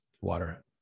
water